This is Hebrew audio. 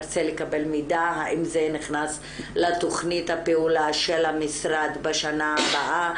נרצה לקבל מידע האם זה נכנס לתוכנית הפעולה של המשרד בשנה הבאה,